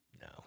no